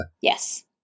Yes